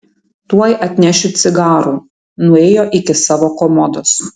tuoj atnešiu cigarų nuėjo iki savo komodos